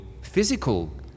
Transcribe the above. physical